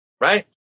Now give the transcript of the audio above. Right